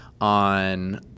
on